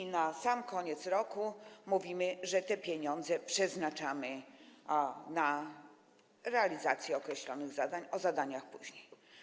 I na sam koniec roku mówimy, że te pieniądze przeznaczamy na realizację określonych zadań, ale o zadaniach później.